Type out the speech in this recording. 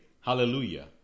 Hallelujah